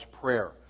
prayer